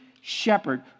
shepherd